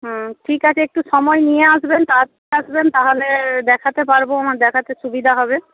হুম ঠিক আছে একটু সময় নিয়ে আসবেন আসবেন তাহলে দেখাতে পারব আমার দেখাতে সুবিধা হবে